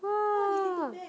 !wah!